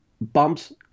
bumps